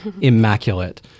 immaculate